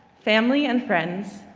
family and friends,